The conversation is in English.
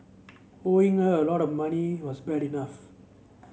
owing her a lot of money was bad enough